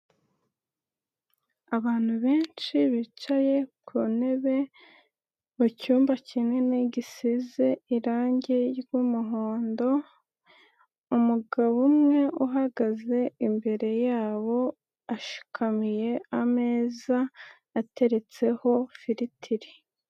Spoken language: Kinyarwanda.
Abantu benshi bicaye ku ntebe mu cyumba kinini gisize irange ry'umuhondo, umugabo umwe uhagaze imbere yabo ashikamiye ameza ateretseho firitiri.